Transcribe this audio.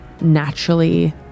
naturally